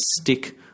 stick